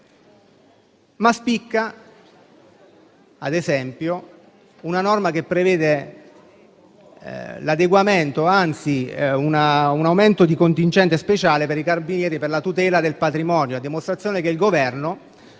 Ma spicca una norma che prevede l'adeguamento, anzi un aumento di contingente speciale per i Carabinieri per la tutela del patrimonio, a dimostrazione del fatto